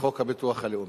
מחוק הביטוח הלאומי.